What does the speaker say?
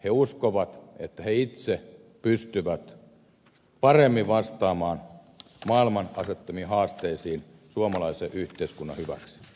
ne uskovat että ne itse pystyvät paremmin vastaamaan maailman asettamiin haasteisiin suomalaisen yhteiskunnan hyväksi